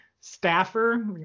staffer